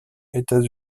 états